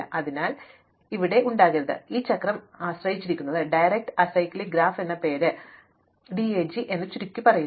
അതിനാൽ ഇത് അവിടെ ഉണ്ടാകരുത് അതിനാൽ ഇത് ഈ ചക്രം ആയിരിക്കരുത് ഡയറക്റ്റ് അസൈക്ലിക്ക് ഗ്രാഫ് എന്ന പേര് DAG എന്ന് ഞങ്ങൾ ചുരുക്കിപ്പറയുന്നു